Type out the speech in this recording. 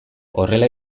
horrela